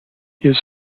his